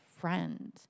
friend